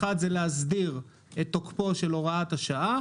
מטרת התיקון היא להסדיר את תוקפה של הוראת השעה,